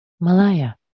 Malaya